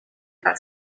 got